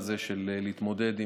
תתעודד.